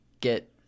get